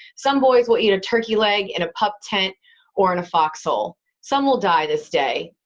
some boys will eat a turkey leg in a pup tent or in a foxhole. some will die this day.